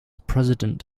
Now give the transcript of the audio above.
president